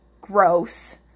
gross